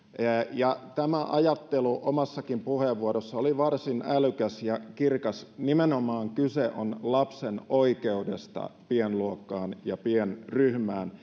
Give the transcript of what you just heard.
ja tämä ajattelu omassakin puheenvuorossanne oli varsin älykäs ja kirkas nimenomaan kyse on lapsen oikeudesta pienluokkaan ja pienryhmään